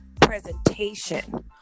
Presentation